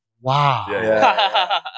Wow